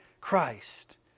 Christ